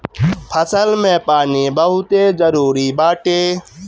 फसल में पानी बहुते जरुरी बाटे